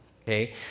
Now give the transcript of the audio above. okay